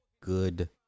good